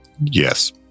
Yes